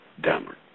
downward